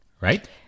Right